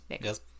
Yes